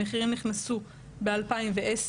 המחירים נכנסו ב-2010.